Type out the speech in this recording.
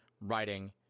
writing